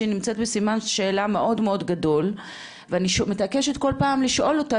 שנמצאת בסימן שאלה מאוד מאוד גדול ואני מתעקשת כל פעם לשאול אותה,